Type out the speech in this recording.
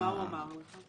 ומה הוא אמר לך?